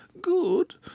Good